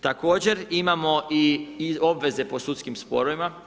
Također imamo i obveze po sudskim sporovima.